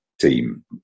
team